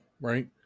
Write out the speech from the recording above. right